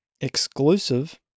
exclusive